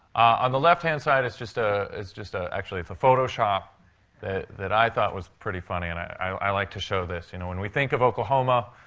on the left-hand side is just a is just a actually, it's a photoshop that i thought was pretty funny. and i like to show this. you know, when we think of oklahoma,